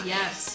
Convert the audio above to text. Yes